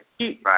right